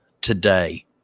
today